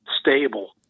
stable